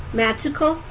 magical